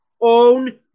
own